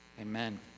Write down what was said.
amen